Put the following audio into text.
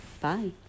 bye